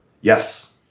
Yes